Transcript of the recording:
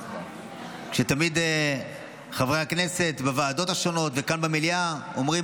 כשתמיד חברי הכנסת בוועדות השונות וכאן במליאה אומרים,